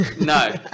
no